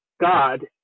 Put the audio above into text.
God